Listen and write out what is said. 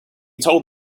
told